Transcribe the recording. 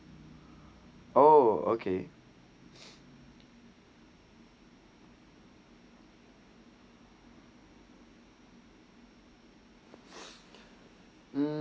oh okay